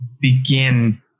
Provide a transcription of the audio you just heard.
begin